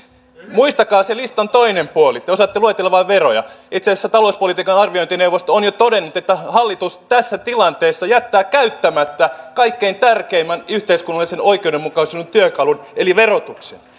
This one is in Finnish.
muistakaa se listan toinen puoli te osaatte luetella vain veroja itse asiassa talouspolitiikan arviointineuvosto on jo todennut että hallitus tässä tilanteessa jättää käyttämättä kaikkein tärkeimmän yhteiskunnallisen oikeudenmukaisuuden työkalun eli verotuksen